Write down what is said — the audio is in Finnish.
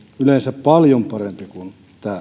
yleensä paljon parempi kuin